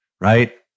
right